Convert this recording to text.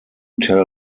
tell